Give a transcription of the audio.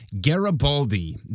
Garibaldi